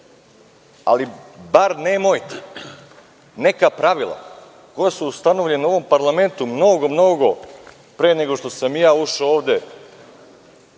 ali barem neka pravila, koja su ustanovljena u ovom parlamentu mnogo pre nego što sam ja ušao ovde,